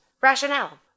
Rationale